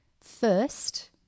first